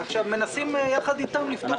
מנסים ביחד איתם לפתור את העניין.